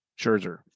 Scherzer